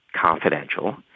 confidential